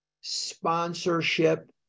sponsorship